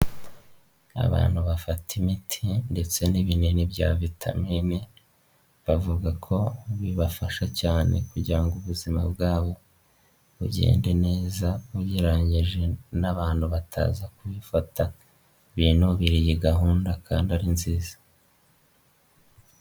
Abantu bafata imiti ndetse n'ibinini bya vitamine bavuga ko bibafasha cyane kugira ngo ubuzima bwabo bugende neza ugereranyije n'abantu bataza kubiyifata, binubira iyi gahunda kandi ari nziza.